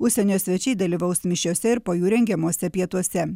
užsienio svečiai dalyvaus mišiose ir po jų rengiamuose pietuose